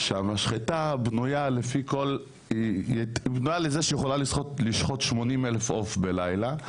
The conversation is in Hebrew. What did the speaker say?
והמשחטה בנויה לזה שהיא יכולה לשחוט 80,000 עוף בלילה,